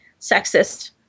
sexist